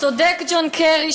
צודק ג'ון קרי,